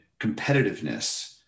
competitiveness